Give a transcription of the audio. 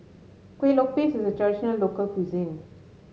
Kueh Lopes is a traditional local cuisine